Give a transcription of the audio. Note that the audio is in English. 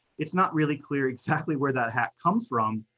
it's not really clear exactly where that hat comes from,